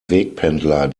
wegpendler